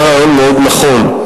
היה רעיון מאוד נכון.